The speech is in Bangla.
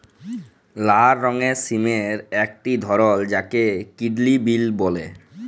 লাল রঙের সিমের একটি ধরল যাকে কিডলি বিল বল্যে